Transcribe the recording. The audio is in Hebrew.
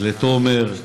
אז לתומר,